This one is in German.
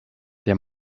der